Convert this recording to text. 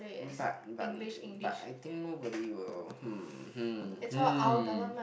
but but but I think nobody will hmm hmm hmm